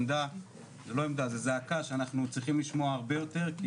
זו זעקה שאנחנו צריכים לשמוע הרבה יותר.